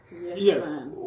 Yes